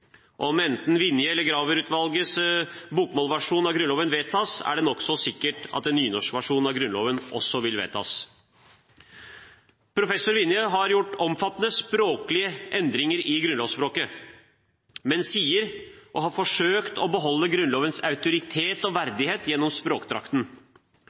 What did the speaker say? Om enten Vinjes eller Graver-utvalgets bokmålsversjon av Grunnloven vedtas, er det nokså sikkert at en nynorskversjon av Grunnloven også vil vedtas. Professor Vinje har gjort omfattende språklige endringer i grunnlovsspråket, men sier å ha forsøkt å beholde Grunnlovens autoritet og